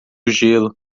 gelo